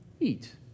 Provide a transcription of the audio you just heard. Eat